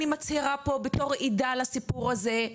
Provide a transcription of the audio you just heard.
אני מצהירה פה בתור עדה על הסיפור הזה,